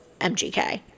MGK